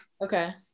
Okay